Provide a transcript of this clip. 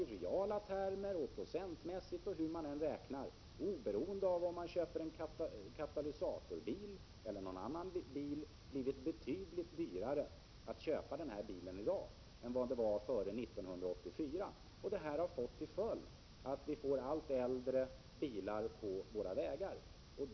I reala termer, procentmässigt och hur man än räknar och oberoende av om man köper en katalysatorbil eller någon annan bil så blir det betydligt dyrare att köpa denna bil i dag än vad det var före 1984. Detta får till följd att — Prot. 1987/88:21 vi får allt äldre bilar på våra vägar.